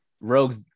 rogues